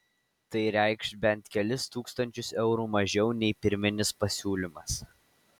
tai reikš bent kelis tūkstančius eurų mažiau nei pirminis pasiūlymas